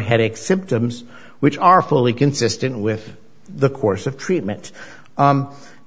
headache symptoms which are fully consistent with the course of treatment